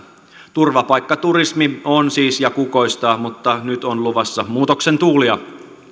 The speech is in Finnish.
turvapaikkaturismi on siis ja kukoistaa mutta nyt on luvassa muutoksen tuulia